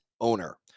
owner